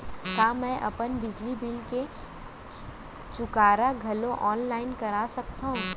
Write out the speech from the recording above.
का मैं अपन बिजली बिल के चुकारा घलो ऑनलाइन करा सकथव?